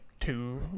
Two